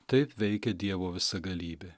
taip veikia dievo visagalybė